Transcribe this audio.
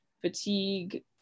fatigue